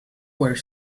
where